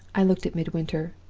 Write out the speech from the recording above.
i looked at midwinter.